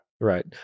Right